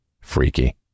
freaky